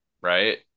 Right